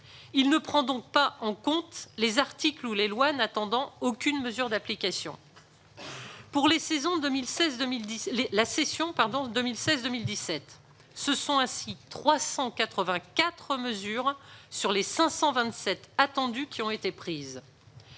il ne tient donc pas compte des articles ou des lois n'attendant aucune mesure d'application. Pour la session 2016-2017, ce sont ainsi 384 mesures, sur les 527 attendues, qui ont été prises.